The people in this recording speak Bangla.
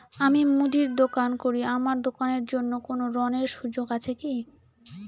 আমি মুদির দোকান করি আমার দোকানের জন্য কোন ঋণের সুযোগ আছে কি?